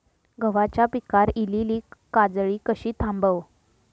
गव्हाच्या पिकार इलीली काजळी कशी थांबव?